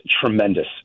tremendous